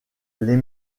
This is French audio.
les